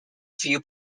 few